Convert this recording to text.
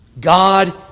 God